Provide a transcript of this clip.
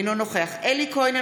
אינו נוכח אלי כהן,